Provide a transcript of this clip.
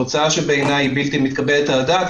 תוצאה שבעיניי היא בלתי מתקבלת על הדעת,